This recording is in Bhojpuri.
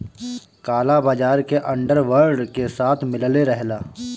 काला बाजार के अंडर वर्ल्ड के साथ मिलले रहला